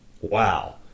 wow